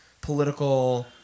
political